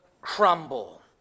crumble